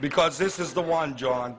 because this is the one john